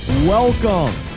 Welcome